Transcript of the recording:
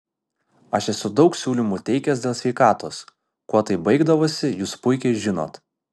aš esu daug siūlymų teikęs dėl sveikatos kuo tai baigdavosi jūs puikiai žinot